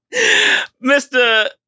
Mr